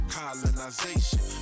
colonization